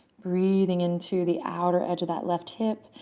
breathing into the outer edge of that left hip,